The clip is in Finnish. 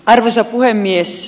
arvoisa puhemies